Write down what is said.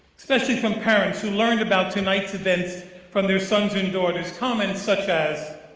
specially from parents who learned about tonight's events from their sons and daughters. comments such as,